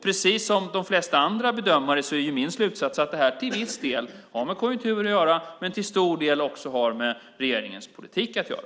Precis som de flesta andra bedömare är min slutsats att det här till viss del har med konjunkturen att göra men till stor del också har med regeringens politik att göra.